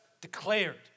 declared